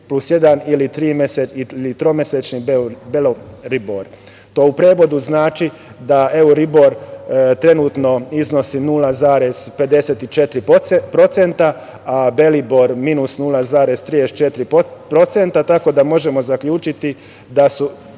plus jedan ili tromesečni belibor. To u prevodu znači da euribor trenutno iznosi 0,54% a belibor minus 0,34%, tako da možemo zaključiti da je